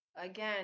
again